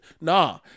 Nah